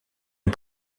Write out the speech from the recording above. une